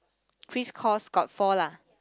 crisscross got four lah